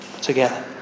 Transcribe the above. together